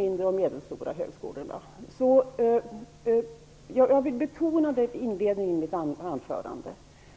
I mitt anförande betonade jag